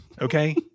okay